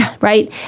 right